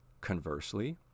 Conversely